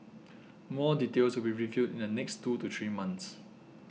more details will be revealed in the next two to three months